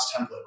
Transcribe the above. template